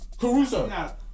Caruso